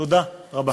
תודה רבה.